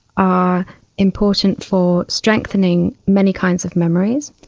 are important for strengthening many kinds of memories,